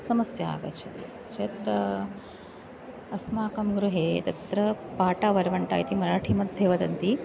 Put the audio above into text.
समस्या आगच्छति चेत् अस्माकं गृहे तत्र पाटावर्वण्टा इति मराठिमध्ये वदन्ति